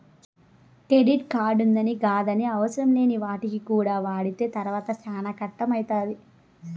credit కార్డుంది గదాని అవసరంలేని వాటికి కూడా వాడితే తర్వాత సేనా కట్టం అయితాది